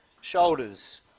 shoulders